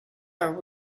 are